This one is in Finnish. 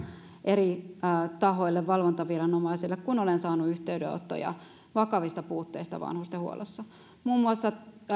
eri tahoille valvontaviranomaisille kun olen saanut yhteydenottoja vakavista puutteista vanhustenhuollossa muun muassa